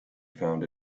found